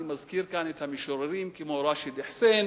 אני מזכיר כאן את המשוררים כמו רשיד חוסיין,